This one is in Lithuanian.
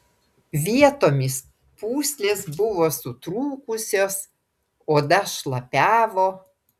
vietomis pūslės buvo sutrūkusios oda šlapiavo